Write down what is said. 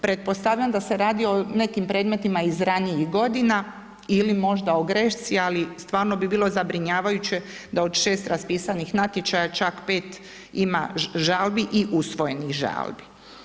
Pretpostavljam da se radi o nekim predmetima iz ranijih godina ili možda o grešci ali stvarno bi bilo zabrinjavajuće, da od 6 raspisanih natječaja čak 5 ima žalbi i usvojenih žalbi.